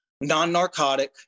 non-narcotic